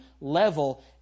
level